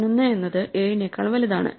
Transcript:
11 എന്നത് 7 നെക്കാൾ വലുതാണ്